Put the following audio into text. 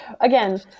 Again